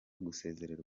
gusezererwa